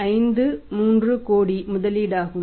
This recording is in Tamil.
53 கோடி முதலீடாகும்